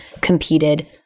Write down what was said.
competed